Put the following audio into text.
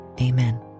Amen